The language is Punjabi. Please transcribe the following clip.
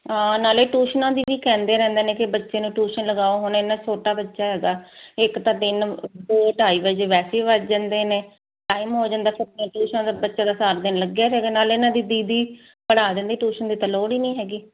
ਨਾਲੇ ਟੂਸ਼ਨਾਂ ਦੀ ਵੀ ਕਹਿੰਦੇ ਰਹਿੰਦੇ ਨੇ ਕਿ ਬੱਚੇ ਨੂੰ ਟਿਊਸ਼ਨ ਲਗਾਓ ਹੁਣ ਇੰਨਾਂ ਛੋਟਾ ਬੱਚਾ ਹੈਗਾ ਇੱਕ ਤਾਂ ਤਿੰਨ ਦੋ ਢਾਈ ਵਜੇ ਵੈਸੇ ਹੀ ਵੱਜ ਜਾਂਦੇ ਨੇ ਟਾਈਮ ਹੋ ਜਾਂਦਾ ਟਿਊਸ਼ਨ ਬੱਚੇ ਦਾ ਸਾਥ ਦੇਣ ਲੱਗਿਆ ਨਾਲੇ ਇਹਨਾਂ ਦੀ ਦੀਦੀ ਪੜਾ ਦਿੰਦੀ ਟਿਊਸ਼ਨ ਦੇ ਤਾਂ ਲੋੜ ਹੀ ਨਹੀਂ ਹੈਗੀ